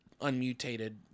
unmutated